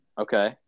Okay